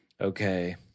okay